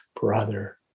brother